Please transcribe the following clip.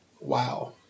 Wow